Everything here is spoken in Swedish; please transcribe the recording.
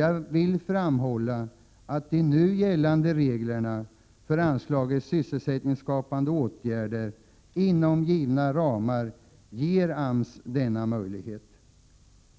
Jag vill framhålla att de nu gällande reglerna för anslaget till sysselsättningsskapande åtgärder inom givna ramar ger AMS denna möjlighet.